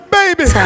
baby